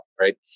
Right